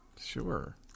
Sure